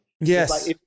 Yes